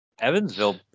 Evansville